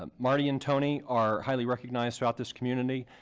um marty and tony are highly recognized throughout this community.